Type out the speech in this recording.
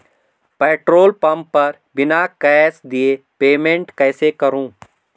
Petrol pump पर बिना cash दिए पेमेंट कैसे करूँ?